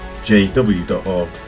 jw.org